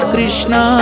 Krishna